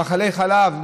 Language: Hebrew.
מאכלי חלב,